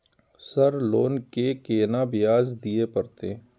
Sir loan के केना ब्याज दीये परतें?